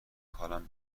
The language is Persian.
حالم